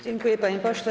Dziękuję, panie pośle.